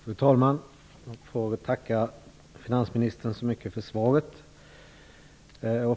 Fru talman! Jag får tacka finansministern så mycket för svaret.